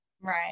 Right